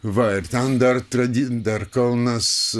va ir ten dar tradi dar kaunas